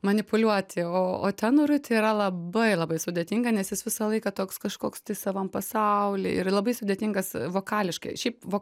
manipuliuoti o o tenorui tai yra labai labai sudėtinga nes jis visą laiką toks kažkoks tai savam pasauly ir labai sudėtingas vokališkai šiaip vok